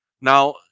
Now